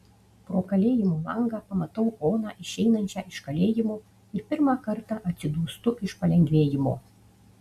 pro kalėjimo langą pamatau oną išeinančią iš kalėjimo ir pirmą kartą atsidūstu iš palengvėjimo